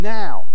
now